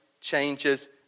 changes